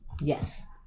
yes